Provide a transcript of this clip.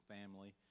family